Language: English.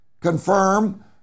confirm